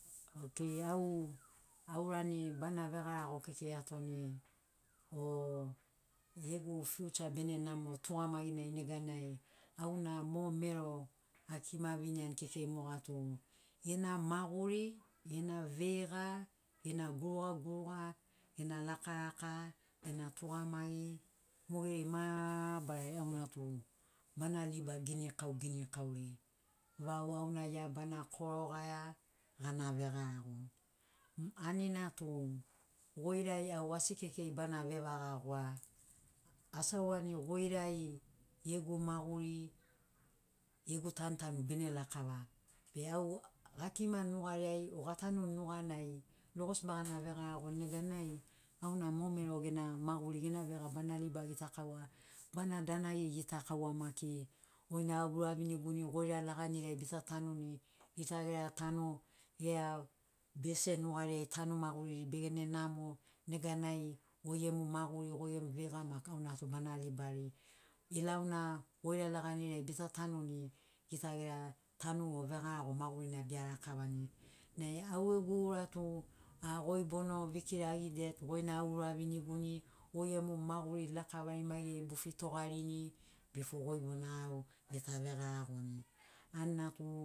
Okei au aurani bana vegarago kekei atoni o gegu fiucha bene namo tugamaginai neganai auna mo mero akima viniani kekei moga tu gena maguri gena veiga gena gurugaguruga gena lakalaka gena tugamagi mogeri mabarari auna tu bana liba ginikau ginikauri vau auna gia bana korogaia gana vegarago anina tu goirai au asi kekei bana vevagawa asi aurani goirai gegu maguri gegu tantanu bene lakava be au gakimani nugariai e atanuni nuganai logosi bana vegarago neganai auna mo mero gena maguri gena veiga bana riba gitakaua bana danagi gitakaua maki goina au ouraviniguni goira laganiriai bita tanuni gita gera tanu gera bese nugariai tanu maguriri begene namo neganai goi gemu maguri goi gemu veiga maki auna tu bana ribari ilauna goira laganiriai bita tanuni gita gera tanu vegarago magurina bea rakavani nai au gegu ura tu a goi bono vekirari det goina au ouraviniguni goi gemu maguri lakavari maigeri bo fitogarini bifo goi bona au bita vegaragoni anina tu